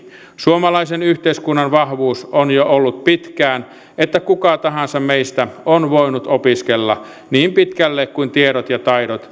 suomalaisen yhteiskunnan vahvuus on ollut jo pitkään että kuka tahansa meistä on voinut opiskella niin pitkälle kuin tiedot taidot